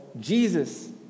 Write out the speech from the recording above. Jesus